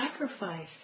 sacrifice